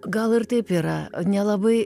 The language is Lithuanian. gal ir taip yra nelabai